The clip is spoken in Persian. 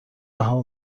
رها